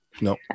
No